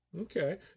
Okay